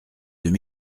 deux